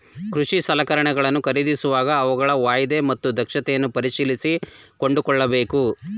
ಕೃಷಿ ಸಲಕರಣೆಗಳನ್ನು ಖರೀದಿಸುವಾಗ ಅವುಗಳ ವಾಯ್ದೆ ಮತ್ತು ದಕ್ಷತೆಯನ್ನು ಪರಿಶೀಲಿಸಿ ಕೊಂಡುಕೊಳ್ಳಬೇಕು